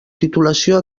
titulació